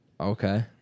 Okay